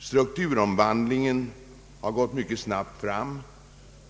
Strukturomvandlingen har gått mycket snabbt.